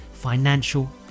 financial